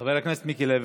חבר הכנסת מיקי לוי,